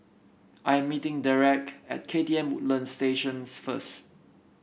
I am meeting Derrek at K T M Woodlands Station first